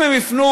אם הם יפנו,